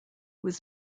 was